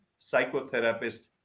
psychotherapist